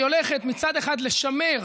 מצד אחד, היא הולכת לשמר